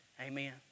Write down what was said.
Amen